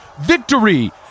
Victory